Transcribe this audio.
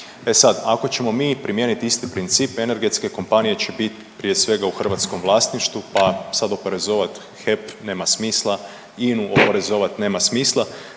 E sad, ako ćemo mi primijeniti isti princip energetske kompanije će bit prije svega u hrvatskom vlasništvu pa sad oporezovat HEP nema smisla, INA-u oporezovati nema smisla